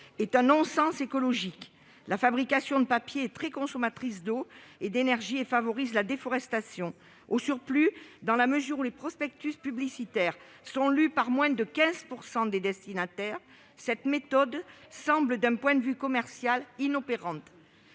est un non-sens écologique. La fabrication de papier est très consommatrice d'eau et d'énergie ; elle favorise la déforestation. Au surplus, les prospectus publicitaires étant lus par moins de 15 % des destinataires, cette méthode semble inopérante d'un point de vue commercial. Certes,